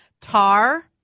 tar